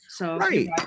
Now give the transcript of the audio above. Right